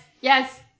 yes